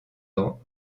ans